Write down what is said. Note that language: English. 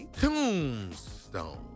Tombstone